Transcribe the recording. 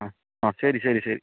ആ ആ ശരി ശരി